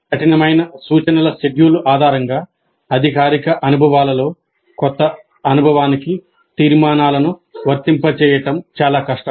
కఠినమైన సూచనల షెడ్యూల్ కారణంగా అధికారిక అనుభవాలలో కొత్త అనుభవానికి తీర్మానాలను వర్తింపచేయడం చాలా కష్టం